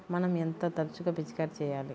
మనం ఎంత తరచుగా పిచికారీ చేయాలి?